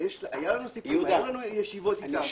שהיו לנו ישיבות איתם,